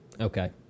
Okay